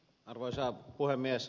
arvoisa puhemies